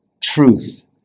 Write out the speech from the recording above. truth